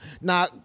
Now